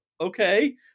okay